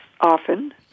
often